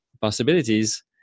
possibilities